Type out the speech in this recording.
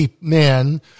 men